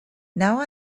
now